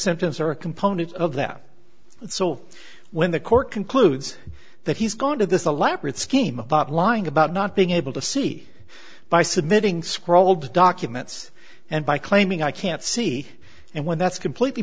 symptoms are a component of that so when the court concludes that he's gone to this elaborate scheme about lying about not being able to see by submitting scrawled documents and by claiming i can't see and when that's completely